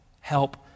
Help